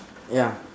ya